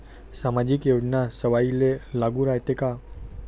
सामाजिक योजना सर्वाईले लागू रायते काय?